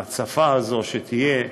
ההצפה הזאת שתהיה,